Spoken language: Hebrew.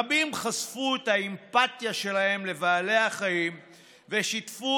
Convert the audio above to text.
רבים חשפו את האמפתיה שלהם לבעלי החיים ושיתפו